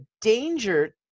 danger